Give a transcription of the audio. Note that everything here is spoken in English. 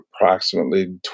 approximately